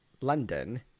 London